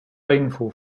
rainfall